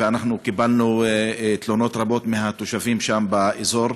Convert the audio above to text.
וקיבלנו תלונות רבות מהתושבים שם באזור.